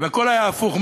והכול היה הפוך.